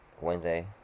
Wednesday